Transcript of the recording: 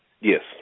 Yes